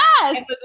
Yes